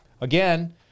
again